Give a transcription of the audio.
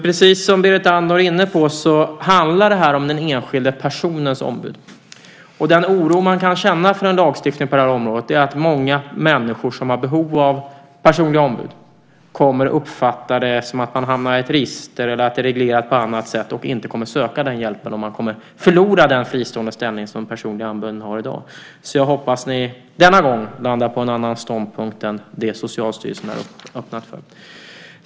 Precis som Berit Andnor var inne på handlar det här om den enskilda personens ombud. Den oro man kan känna inför en lagstiftning på det här området är att många människor som har behov av personliga ombud kommer att uppfatta det som att de hamnar i ett register eller att det är reglerat på annat sätt och att de inte kommer att söka den hjälpen. Man kommer att förlora den fristående ställning som de personliga ombuden har i dag. Jag hoppas att ni denna gång landar på en annan ståndpunkt än den Socialstyrelsen har öppnat för.